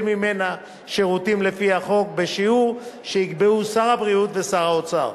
ממנה שירותים לפי החוק בשיעור שיקבעו שר הבריאות ושר האוצר.